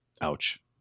Ouch